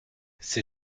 ses